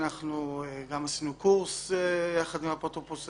אנחנו גם עשינו קורס יחד עם האפוטרופוס,